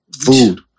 food